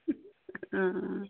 ও